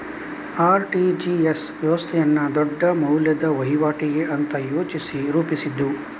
RTGS ವ್ಯವಸ್ಥೆಯನ್ನ ದೊಡ್ಡ ಮೌಲ್ಯದ ವೈವಾಟಿಗೆ ಅಂತ ಯೋಚಿಸಿ ರೂಪಿಸಿದ್ದು